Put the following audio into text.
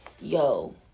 yo